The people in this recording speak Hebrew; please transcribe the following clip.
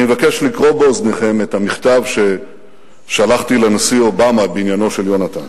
אני מבקש לקרוא באוזניכם את המכתב ששלחתי לנשיא אובמה בעניינו של יונתן,